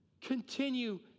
continue